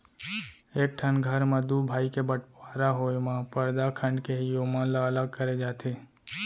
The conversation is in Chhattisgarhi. एक ठन घर म दू भाई के बँटवारा होय म परदा खंड़ के ही ओमन ल अलग करे जाथे